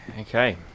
Okay